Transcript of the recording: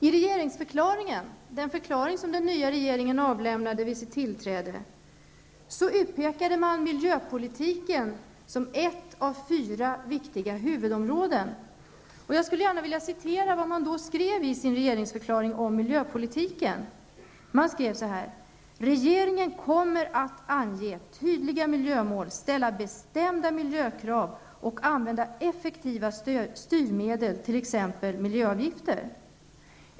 I den regeringsförklaring som den nya regeringen avlämnade vid sitt tillträde, utpekade man miljöpolitiken som ett av fyra viktiga huvudområden. Jag skulle gärna vilja citera vad man då skrev i sin regeringsförklaring om miljöpolitiken: ''Regeringen kommer att ange tydliga miljömål, ställa bestämda miljökrav och använda effektiva styrmedel t.ex. miljöavgifter.''